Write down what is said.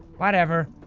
whatever!